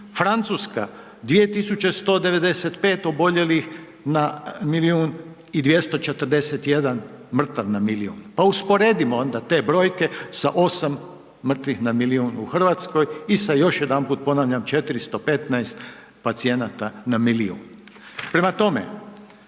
Francuska 2195 oboljelih na milijun i 241 mrtav na milijun. Pa usporedimo onda te brojke sa 8 mrtvih na milijun u Hrvatskoj i sad još jedanput ponavljam, 415 pacijenata na milijun. Prema tome,